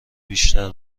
بیشتر